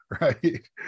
right